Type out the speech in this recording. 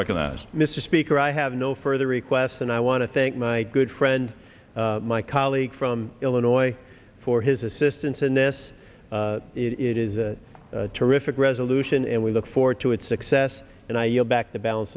recognized mr speaker i have no further requests and i want to thank my good friend my colleague from illinois for his assistance in this it is a terrific resolution and we look forward to its success and i yield back the balance